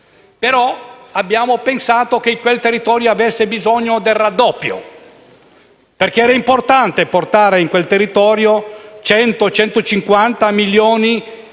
però pensato che quel territorio avesse bisogno del raddoppio, perché era importante portare in quel territorio 100 o 150 milioni di euro,